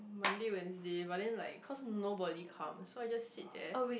Monday Wednesday but then like cause nobody come so I just sit there